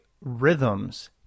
rhythms